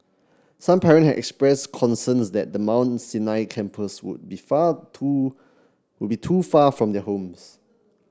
some parent had expressed concerns that the Mount Sinai campus would be far too would be too far from their homes